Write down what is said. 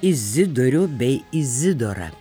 izidorių bei izidorą